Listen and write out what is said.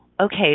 Okay